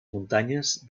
muntanyes